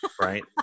right